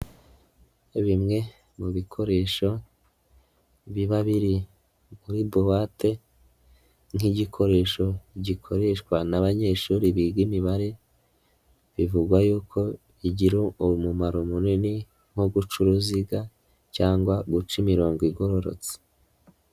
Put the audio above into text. Bimwe mu bikoresho biba biri kuri bowate nk'igikoresho gikoreshwa n'abanyeshuri biga imibare, bivugwa y'uko igira umumaro munini nko guca uruziga, cyangwa guca imirongo igororotse.